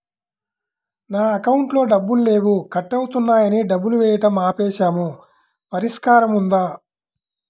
నా అకౌంట్లో డబ్బులు లేవు కట్ అవుతున్నాయని డబ్బులు వేయటం ఆపేసాము పరిష్కారం ఉందా?